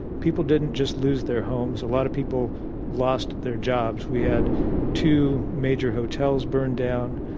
people didn't just lose their homes a lot of people lost their jobs. we had two major hotels burned down.